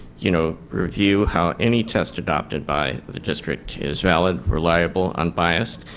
you know, review how any test adopted by the district is valid, reliable unbiased,